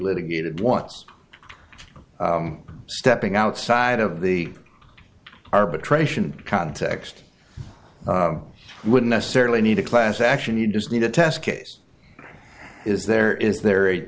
litigated once stepping outside of the arbitration context would necessarily need a class action you just need a test case is there is there